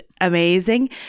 amazing